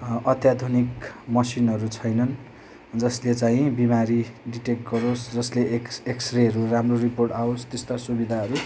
अत्याधुनिक मसिनहरू छैनन् जसले चाहिँ बिमारी डिटेक गरोस् एक्स एक्सरेहरू राम्रो रिपोर्ट आवोस् त्यस्तो सुविधाहरू